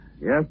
Yes